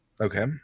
Okay